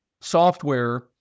software